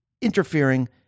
interfering